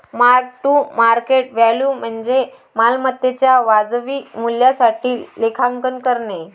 mark to market value म्हणजे मालमत्तेच्या वाजवी मूल्यासाठी लेखांकन करणे